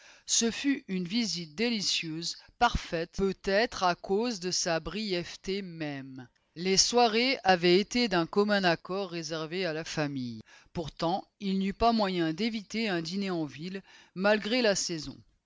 ce fut une visite délicieuse parfaite peut-être à cause de sa brièveté même les soirées avaient été d'un commun accord réservées à la famille pourtant il n'y eut pas moyen d'éviter un dîner en ville malgré la saison